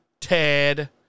Ted